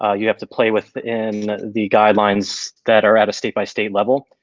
ah you have to play within the guidelines that are at a state by state level.